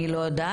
אני לא יודעת,